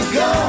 go